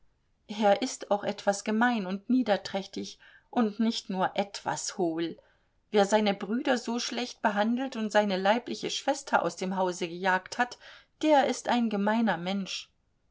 er ist auch etwas gemein und niederträchtig und nicht nur etwas hohl wer seine brüder so schlecht behandelt und seine leibliche schwester aus dem hause gejagt hat der ist ein gemeiner mensch